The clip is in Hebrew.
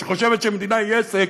שחושבת שמדינה היא עסק,